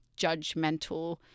judgmental